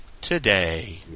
today